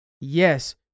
Yes